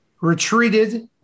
retreated